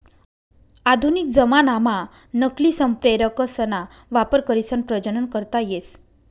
आधुनिक जमानाम्हा नकली संप्रेरकसना वापर करीसन प्रजनन करता येस